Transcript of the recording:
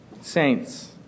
saints